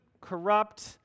corrupt